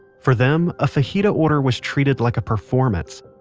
for them, a fajita order was treated like a performance.